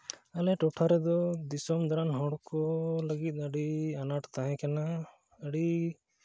ᱟᱞᱮ ᱴᱚᱴᱷᱟ ᱨᱮᱫᱚ ᱫᱤᱥᱚᱢ ᱫᱟᱲᱟᱱ ᱦᱚᱲ ᱠᱚ ᱞᱟᱹᱜᱤᱫ ᱟᱹᱰᱤ ᱟᱱᱟᱴ ᱛᱟᱦᱮᱸ ᱠᱟᱱᱟ ᱟᱹᱰᱤ